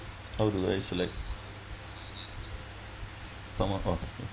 how do I select from on top